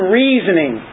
reasoning